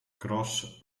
cross